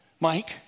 Mike